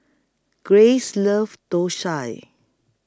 Grace loves Thosai